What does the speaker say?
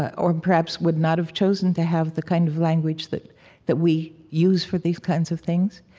ah or perhaps would not have chosen to have the kind of language that that we use for these kinds of things,